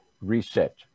reset